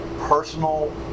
personal